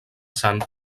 sant